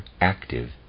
active